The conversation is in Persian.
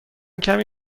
کمی